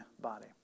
body